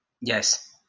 Yes